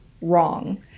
wrong